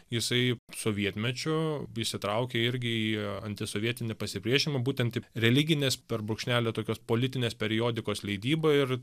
jisai sovietmečiu įsitraukė irgi į antisovietinį pasipriešinimą būtent taip religinės per brūkšnelį tokios politinės periodikos leidybą ir